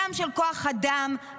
גם של כוח אדם,